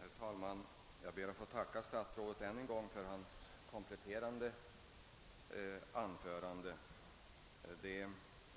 Herr talman! Jag ber att få tacka statsrådet för dessa kompletterande uppgifter. Anförandet